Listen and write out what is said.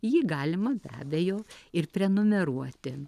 jį galima be abejo ir prenumeruoti